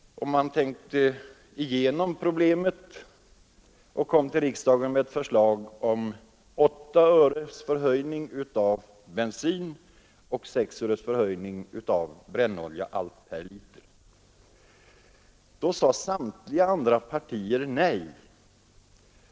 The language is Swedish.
Och efter att ha gjort det lade man så fram för riksdagen ett förslag om en skattehöjning med 8 öre på varje liter bensin och 3 öre på varje liter brännolja. Men då sade samtliga övriga partier nej.